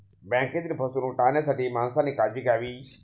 बँकेतील फसवणूक टाळण्यासाठी माणसाने काळजी घ्यावी